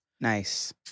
Nice